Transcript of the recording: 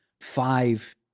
five